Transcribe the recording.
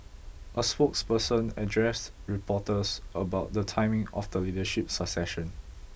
a spokesperson addressed reporters about the timing of the leadership succession